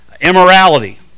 Immorality